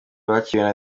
bakiriwe